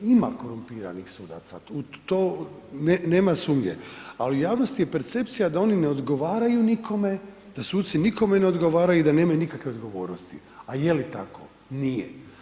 Ima korumpiranih sudaca, to ne sumnje ali javnosti je percepcija da oni ne odgovaraju nikome, da suci nikome ne odgovaraju i da nemaju nikakve odgovornosti a je li tako, nije.